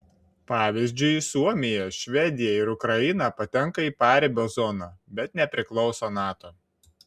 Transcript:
pavyzdžiui suomija švedija ir ukraina patenka į paribio zoną bet nepriklauso nato